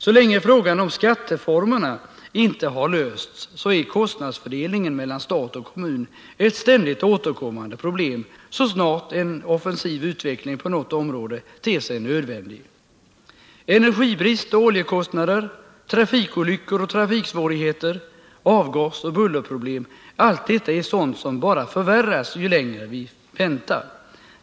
Så länge frågan om skatteformerna inte har lösts är kostnadsfördelningen mellan stat och kommun ett ständigt återkommande problem så snart en offensiv utveckling på något område ter sig nödvändig. Energibrist och oljekostnader, trafikolyckor och trafiksvårigheter, avgasoch bullerproblem — allt detta är sådana saker som bara förvärras ju längre vi väntar.